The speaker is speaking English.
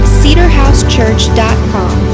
cedarhousechurch.com